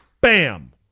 bam